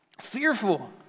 fearful